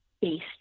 based